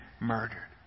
murdered